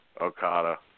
Okada